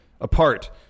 apart